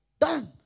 done